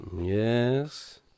Yes